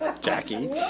Jackie